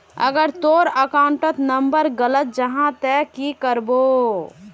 अगर तोर account number गलत जाहा ते की करबो?